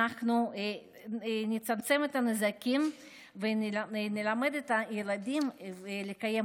אנחנו נצמצם את הנזקים ונלמד את הילדים לקיים